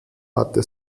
hatte